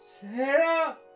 Sarah